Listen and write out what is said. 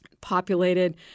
populated